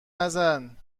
نزن